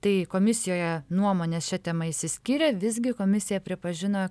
tai komisijoje nuomonės šia tema išsiskyrė visgi komisija pripažino